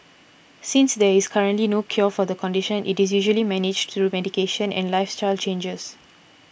since there is currently no cure for the condition it is usually managed through medication and lifestyle changes